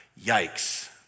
yikes